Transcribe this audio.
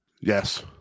Yes